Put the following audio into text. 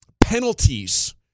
Penalties